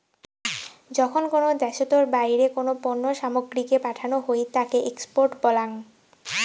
যখন কোনো দ্যাশোতর বাইরে কোনো পণ্য সামগ্রীকে পাঠানো হই তাকে এক্সপোর্ট বলাঙ